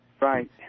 Right